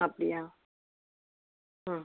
அப்படியா ம்